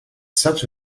such